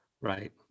Right